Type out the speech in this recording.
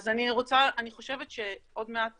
אני משערת שעוד מעט